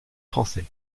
français